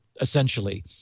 essentially